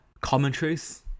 commentaries